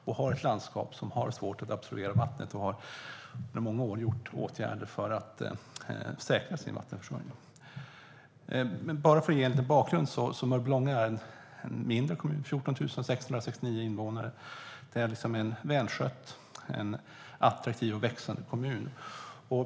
Det är ett landskap som har svårt att absorbera vattnet, och man har under många år vidtagit åtgärder för att säkra vattenförsörjningen. Låt mig ge en liten bakgrund. Mörbylånga är en mindre kommun med 14 669 invånare. Det är en välskött, attraktiv och växande kommun.